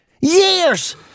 Years